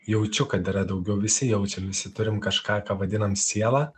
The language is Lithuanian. jaučiu kad yra daugiau visi jaučiam visi turim kažką ką vadinam siela